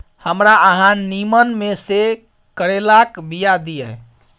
हमरा अहाँ नीमन में से करैलाक बीया दिय?